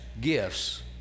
gifts